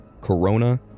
corona